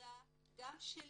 עבודה גם של